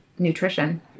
Nutrition